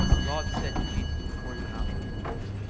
god said to jesus before he went out in that wilderness,